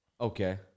Okay